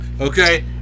Okay